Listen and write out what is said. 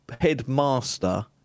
headmaster